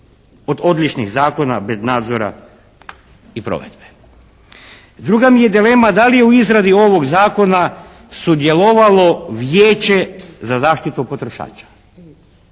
od odličnih zakona bez nadzora i provedbe. Druga mi je dilema da li je u izradi ovog Zakona sudjelovalo vijeće za zaštitu potrošača